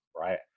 right